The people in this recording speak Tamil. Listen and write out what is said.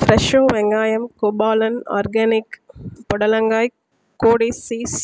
ஃப்ரெஷோ வெங்காயம் கோபாலன் ஆர்கானிக் புடலங்காய் கோடை சீஸ்